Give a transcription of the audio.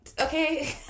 okay